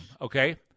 okay